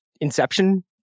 Inception